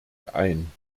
ein